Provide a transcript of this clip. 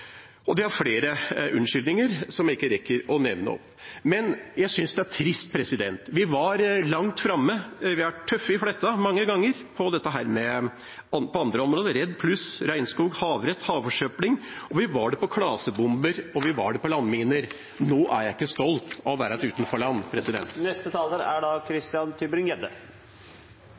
Og de har flere unnskyldninger, som jeg ikke rekker å nevne. Jeg synes det er trist. Vi var langt framme. Vi har vært tøffe i fletta mange ganger på andre områder – som REDD+, regnskog, havrett, havforsøpling – vi var det når det gjelder klasebomber og landminer. Nå er jeg ikke stolt av å være et utenforland. Det serveres en del floskler fra denne talerstolen. En av flosklene som brukes veldig ofte, er